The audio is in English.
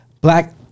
Black